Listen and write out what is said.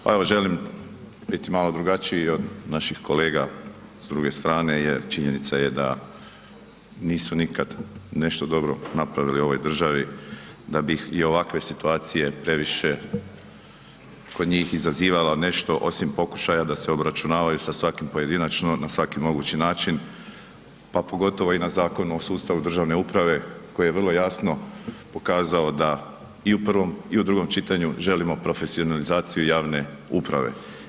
Pa evo želim biti malo drugačiji od naših kolega s druge strane jer činjenica je da nisu nikad nešto dobro napravili u ovoj državi da bi i ovakve situacije previše kod njih izazivalo nešto osim pokušaja da se obračunavaju sa svakim pojedinačno na svaki mogući način pa pogotovo i na Zakonu o sustavu državne uprave koji je vrlo jasno pokazao da i u prvom i u drugom čitanju želimo profesionalizaciju javne uprave.